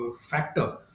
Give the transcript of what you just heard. factor